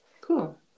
cool